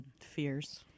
fears